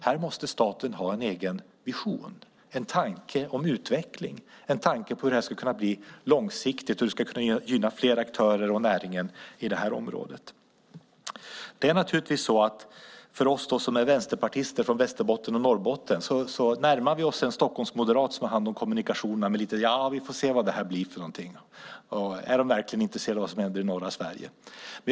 Här måste staten ha en egen vision, en tanke om utveckling, om hur detta ska kunna bli långsiktigt och gynna fler aktörer och näringen i området. Vi vänsterpartister från Västerbotten och Norrbotten närmar oss med viss skepsis en Stockholmsmoderat som har hand om kommunikationerna. Är hon verkligen intresserad av vad som händer i norra Sverige?